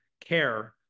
CARE